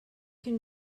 can